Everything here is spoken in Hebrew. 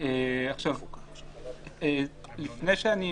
גם עם קניונים שלא נכללים בפיילוט,